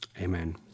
Amen